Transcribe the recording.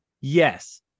Yes